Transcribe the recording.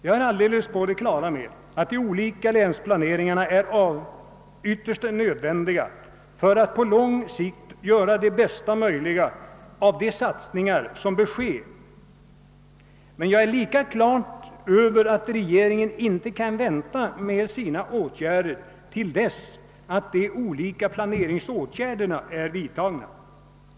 Jag är helt på det klara med att de olika länsplaneringarna ytterst är nödvändiga för att man på lång sikt skall kunna göra det bästa möjliga av de satsningar som bör ske. Men jag är lika medveten om att regeringen inte kan vänta med att göra någonting till dess att de olika planeringsåtgärderna är vidtagna.